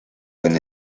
buen